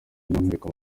by’umwihariko